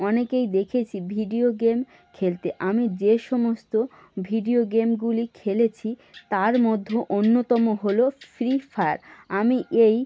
অনেকেই দেখেছি video game খেলতে আমি যে সমস্ত ভিডিও গেমগুলি খেলেছি তার মধ্যেও অন্যতম হল ফ্রি ফায়ার আমি এই